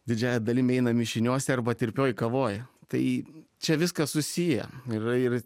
didžiąja dalim eina mišiniuose arba tirpioj kavoj tai čia viskas susiję yra ir